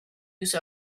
use